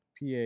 PA